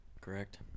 Correct